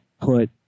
put